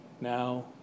now